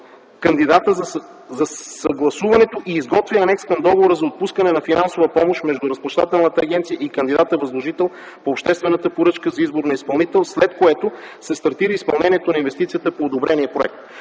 кандидата за съгласуването и изготвя анекс към договора за отпускане на финансова помощ между Разплащателната агенция и кандидата – възложител по обществената поръчка за избор на изпълнител, след което се стартира изпълнението на инвестицията по одобрения проект.